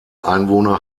einwohner